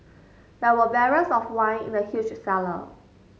there were barrels of wine in the huge cellar